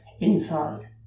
inside